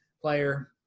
player